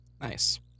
nice